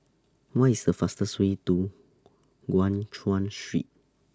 What IS The fastest Way to Guan Chuan Street